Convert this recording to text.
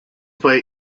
way